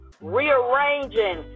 rearranging